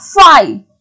five